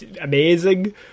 amazing